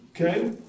okay